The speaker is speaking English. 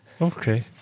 Okay